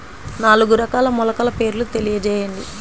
నాలుగు రకాల మొలకల పేర్లు తెలియజేయండి?